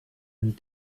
and